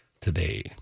today